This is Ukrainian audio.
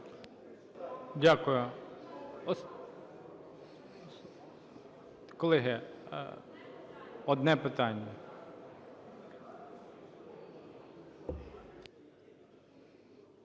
Дякую. Колеги, одне питання.